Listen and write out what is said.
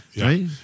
right